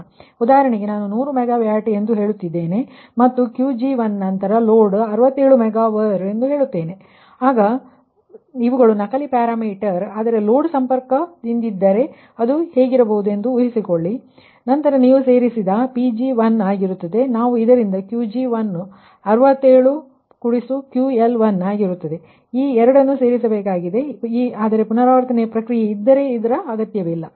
ಉದಾಹರಣೆಗೆ ನಾನು 100 ಮೆಗಾವ್ಯಾಟ್ ಎಂದು ಹೇಳುತ್ತಿದ್ದೇನೆ ಮತ್ತು Qg1 ನಂತರ ಲೋಡ್ 67 ಮೆಗಾ ವರ್ ಎಂದು ಭಾವಿಸೋಣ ಆದರೆ ಇವುಗಳು ಡಮ್ಮಿ ಪ್ಯಾರಾಮೀಟರ್ ಆದರೆ ಲೋಡ್ ಸಂಪರ್ಕಗೊಂಡಿದ್ದರೆ ಅದು ಹೀಗಿರಬಹುದೆಂದು ಊಹಿಸಿಕೊಳ್ಳಿ ನಂತರ ನೀವು ಸೇರಿಸಿದ ನಂತರ Pg1 ಆಗುತ್ತದೆ ನಾವು ಇದರಿಂದ Qg1 ವು 67 QL1ಆಗಿರುತ್ತದೆ ಈ 2 ಅನ್ನು ಸೇರಿಸಬೇಕಾಗಿದೆ ಆದರೆ ಪುನರಾವರ್ತನೆಯ ಪ್ರಕ್ರಿಯೆ ಇದ್ದರೆ ಇದು ಅಗತ್ಯವಿಲ್ಲ